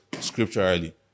scripturally